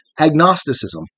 agnosticism